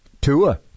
Tua